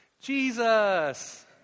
Jesus